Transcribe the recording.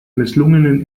misslungenen